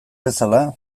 bezala